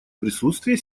присутствие